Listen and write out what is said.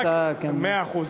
אדוני סגן השר, שאתה, מאה אחוז.